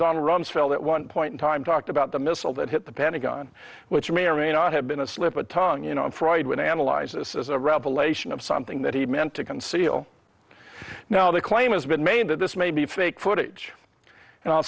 donald rumsfeld at one point in time talked about the missile that hit the pentagon which may or may not have been a slip a tongue you know fried when analyze this is a revelation of something that he meant to conceal now the claim has been made that this may be fake footage and i'll